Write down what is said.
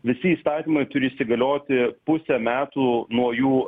visi įstatymai turi įsigalioti pusę metų nuo jų